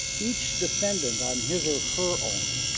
each defendant on his or her own